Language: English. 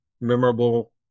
memorable